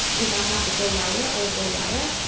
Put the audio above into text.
if i have to go lighter, i'll go lighter.